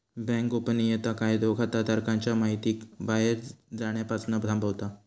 bank गोपनीयता कायदो खाताधारकांच्या महितीक बाहेर जाण्यापासना थांबवता